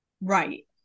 right